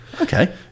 okay